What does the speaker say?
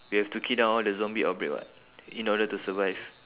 we have to kill down all the zombie outbreak [what] in order to survive